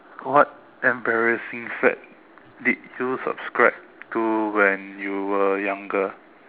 what embarrassing fact did you subscribe to when you were younger